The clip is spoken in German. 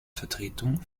vertretung